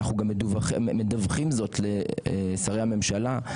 אנחנו גם מדווחים זאת לשרי הממשלה,